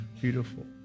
beautiful